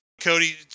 Cody